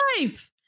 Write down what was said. life